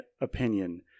opinion